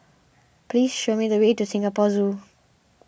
please show me the way to Singapore Zoo